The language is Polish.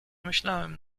myślałem